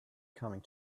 coming